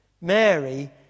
Mary